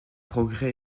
progrès